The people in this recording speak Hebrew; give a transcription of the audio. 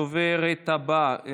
הדוברת הבאה,